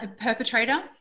Perpetrator